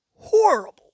Horrible